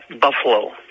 buffalo